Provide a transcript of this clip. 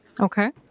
Okay